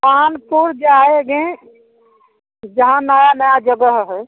कानपुर जाएँगे जहाँ नया नया जगह है